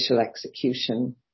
execution